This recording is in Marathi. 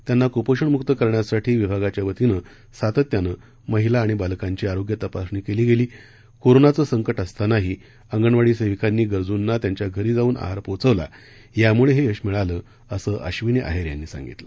त्यांना कुपोषणमुक्त करण्यासाठी विभागाच्या वतीनं सातत्यानं महिला आणि बालकांची आरोग्य तपासणी केली गेली कोरोनाचं संकट असतानाही अंगणवाडी सेविकांनी गरजुंना त्यांच्या घरी जाऊन आहार पोचवला यामुळे हे यश मिळालं असं अश्विनी आहेर यांनी सांगितलं